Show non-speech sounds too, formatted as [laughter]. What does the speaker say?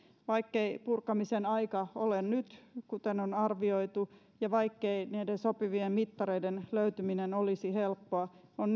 vaikkei purkamisen aika ole nyt kuten on arvioitu ja vaikkei sopivien mittareiden löytäminen olisi helppoa on [unintelligible]